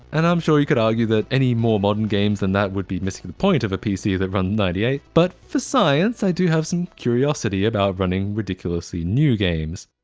and i'm sure you could ah easily that any more modern games than that would be missing the point of a pc that runs ninety eight, but for science i do have some curiosity about running ridiculously new games.